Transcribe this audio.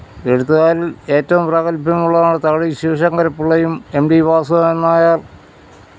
എഴുത്തുകാരിൽ ഏറ്റവും പ്രാഗൽഭ്യം ഉള്ളയാള് തകഴി ശിവശങ്കരപ്പിള്ളയും എം ടി വാസുദേവൻ നായർ